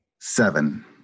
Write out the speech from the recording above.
Seven